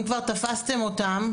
אם כבר תפסתם אותם,